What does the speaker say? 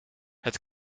het